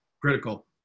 Critical